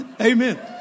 Amen